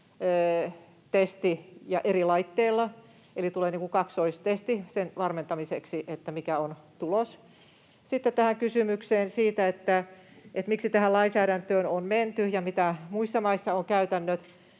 testi ja eri laitteilla, eli tulee niin kuin kaksoistesti sen varmentamiseksi, mikä on tulos. Sitten tähän kysymykseen siitä, miksi tähän lainsäädäntöön on menty ja millaisia muissa maissa ovat käytännöt.